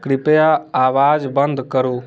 कृपया आवाज बन्द करू